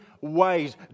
ways